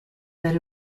that